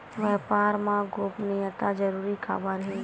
व्यापार मा गोपनीयता जरूरी काबर हे?